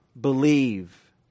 believe